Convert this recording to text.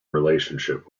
relationship